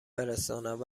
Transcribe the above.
برساند